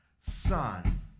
son